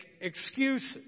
excuses